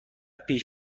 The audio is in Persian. پیش